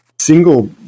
single